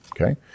okay